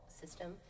system